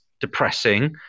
depressing